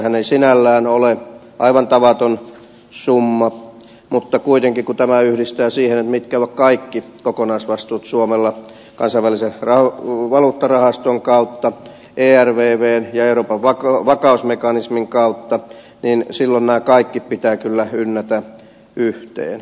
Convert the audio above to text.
sehän ei sinällään ole aivan tavaton summa mutta kuitenkin kun tämän yhdistää siihen mitkä ovat kaikki kokonaisvastuut suo mella kansainvälisen valuuttarahaston kautta ervvn ja euroopan vakausmekanismin kautta niin silloin nämä kaikki pitää kyllä ynnätä yhteen